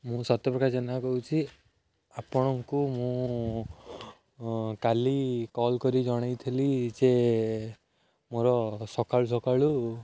ମୁଁ ସତ୍ୟପ୍ରକାଶ ଜେନା କହୁଛି ଆପଣଙ୍କୁ ମୁଁ କାଲି କଲ୍ କରି ଜଣେଇଥିଲି ଯେ ମୋର ସକାଳୁ ସକାଳୁ